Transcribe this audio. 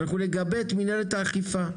אנחנו נגבה את מנהלת האכיפה.